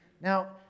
Now